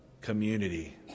community